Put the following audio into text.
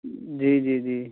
جی جی جی